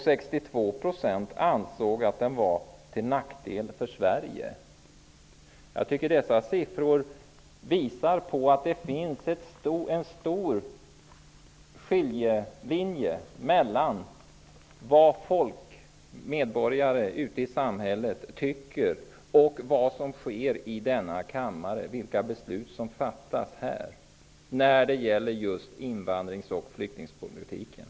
62 % ansåg att den var till nackdel för Sverige. Jag tycker att dessa siffror visar att det finns en skiljelinje mellan vad medborgare ute i samhället tycker och vad som sker i denna kammare, vilka beslut som fattas här, när det gäller invandrar och flyktingpolitiken.